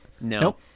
No